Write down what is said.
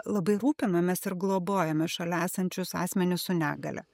labai rūpinamės ir globojame šalia esančius asmenis su negalia